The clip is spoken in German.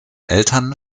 eltern